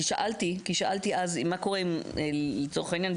כי שאלתי אז מה קורה אם לצורך העניין,